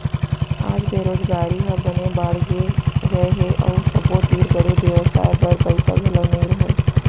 आज बेरोजगारी ह बने बाड़गे गए हे अउ सबो तीर बड़े बेवसाय बर पइसा घलौ नइ रहय